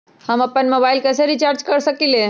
हम अपन मोबाइल कैसे रिचार्ज कर सकेली?